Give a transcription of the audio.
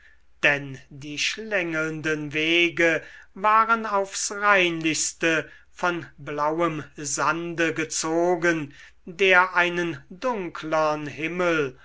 denn die schlängelnden wege waren aufs reinlichste von blauem sande gezogen der einen dunklern himmel